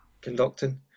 conducting